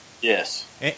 yes